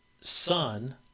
son